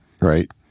right